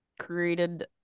Created